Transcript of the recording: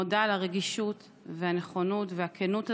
אני מודה על הרגישות והנכונות והכנות הזו,